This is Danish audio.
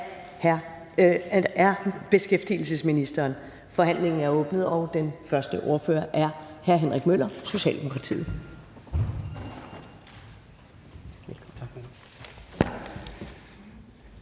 (Karen Ellemann): Forhandlingen er åbnet, og den første ordfører er hr. Henrik Møller, Socialdemokratiet.